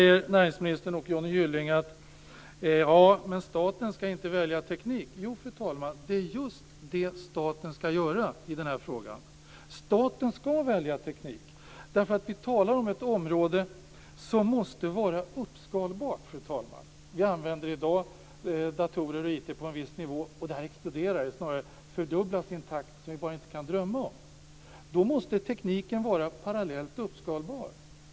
Näringsministern och Johnny Gylling säger att staten inte ska välja teknik. Jo, fru talman, det är just det staten ska göra i den här frågan. Staten ska välja teknik. Vi talar om ett område som måste vara uppskalbart, fru talman. Vi använder i dag datorer och IT på en viss nivå, och det här exploderar. Det fördubblas i en takt som vi inte kunnat drömma om. Då måste tekniken vara parallellt uppskalbar.